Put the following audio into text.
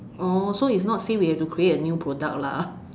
oh so is not say we have to create a new product lah